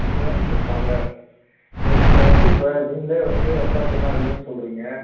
நீங்கள் தானேங்க sir father இப்போ நீங்கள் வந்து இப்போ நீங்களே வந்துட்டு அப்பா செல்லம் அதிகன்னு சொல்கிறீங்க